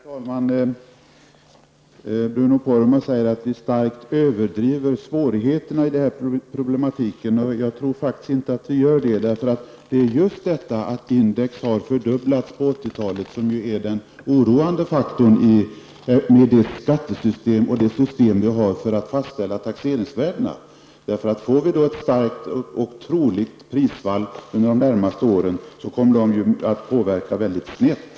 Herr talman! Bruno Poromaa säger att vi starkt överdriver svårigheterna i denna problematik. Jag tror faktiskt inte att vi gör det. Det är just detta att index har fördubblats på 80-talet som är den oroande faktorn med det skattesystem och det system för att fastställa taxeringsvärdena som vi har. Om vi får ett starkt prisfall under de närmaste åren, vilket är troligt, kommer taxeringsvärdena att påverka mycket snett.